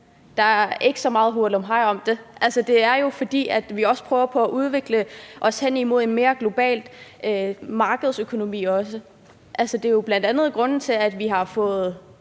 Der er ikke så meget hurlumhej om det. Det er jo, fordi vi også prøver på at udvikle os hen imod en mere global markedsøkonomi. Det er jo bl.a. grunden til, at vi har fået